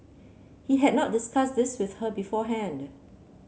he had not discussed this with her beforehand